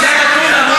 לשון הרע?